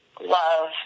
love